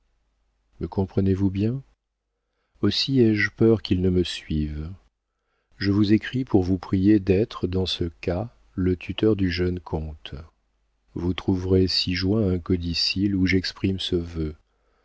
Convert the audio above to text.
me comprenez-vous bien aussi ai-je peur qu'il ne me suive je vous écris pour vous prier d'être dans ce cas le tuteur du jeune comte vous trouverez ci-joint un codicille où j'exprime ce vœu